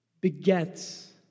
begets